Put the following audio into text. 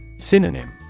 Synonym